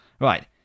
Right